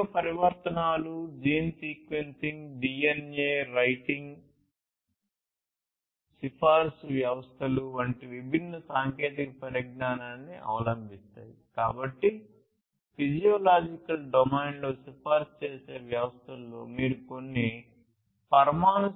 జీవ పరివర్తనాలు gene sequencing DNA writing సిఫారసు వ్యవస్థలు వంటి విభిన్న సాంకేతిక పరిజ్ఞానాన్ని అవలంబిస్తాయి కాబట్టి ఫిజియోలాజికల్ డొమైన్లో సిఫారసు చేసే వ్యవస్థ లో మీరు కొన్ని పరమాణు